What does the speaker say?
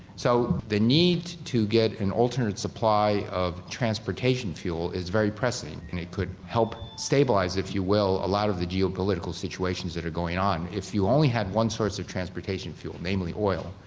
so the need to get an alternate supply of transportation fuel is very pressing and it could help stabilise, if you will, a lot of the geopolitical situations that are going on. if you only had one source of transportation fuel, namely oil,